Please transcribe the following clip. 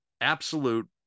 absolute